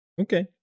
Okay